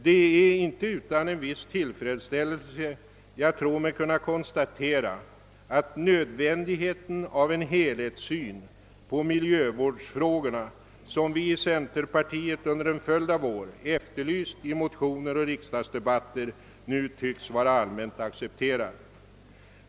Det är inte utan en viss tillfredsställelse jag tror mig kunna konstatera att nödvändigheten av en helhetssyn på miljövårdsfrågorna, som vi i centerpartiet under en följd av år efterlyst i motioner och riksdagsdebatter, nu tycks vara allmänt accepterad.